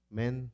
men